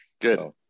Good